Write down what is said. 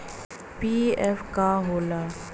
PF का होला?